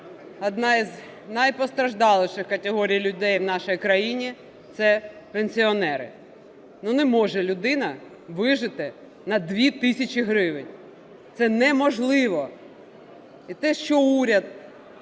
одна із найпостраждаліших категорій людей в нашій країні – це пенсіонери. Ну, не може людина вижити на 2 тисячі гривень, це неможливо. І те, що уряд